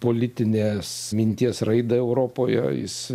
politinės minties raidą europoje jis